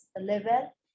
level